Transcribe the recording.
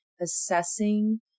assessing